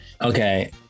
Okay